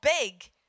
big